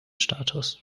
status